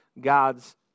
God's